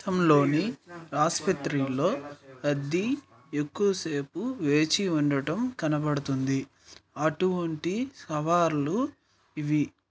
మొత్తం ఆసుపత్రిలలో రద్దీ ఎక్కువసేపు వేచి ఉండటం కనబడుతుంది అటువంటి సవాళ్ళు ఇవి